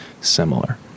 similar